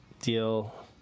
deal